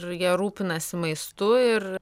ir jie rūpinasi maistu ir